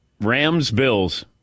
Rams-Bills